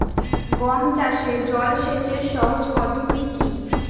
গম চাষে জল সেচের সহজ পদ্ধতি কি?